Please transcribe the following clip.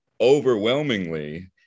overwhelmingly